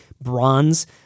bronze